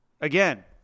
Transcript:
again